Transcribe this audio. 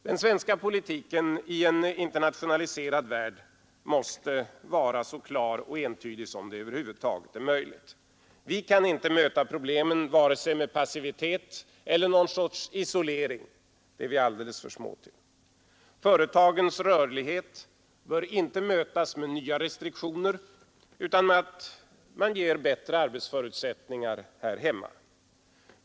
Den svenska politiken i en internationaliserad värld måste vara så klar och entydig som det över huvud taget är möjligt. Vi kan inte möta problemen vare sig med passivitet eller någon sorts isolering; det är vi alldeles för små till. Företagens rörlighet bör inte mötas med nya restriktioner utan med att man ger bättre arbetsförutsättningar här hemma.